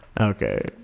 okay